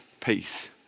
peace